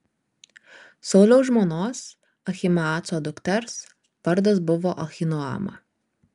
sauliaus žmonos ahimaaco dukters vardas buvo ahinoama